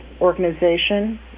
Organization